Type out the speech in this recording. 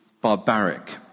barbaric